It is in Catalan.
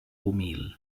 humil